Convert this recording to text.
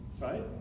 right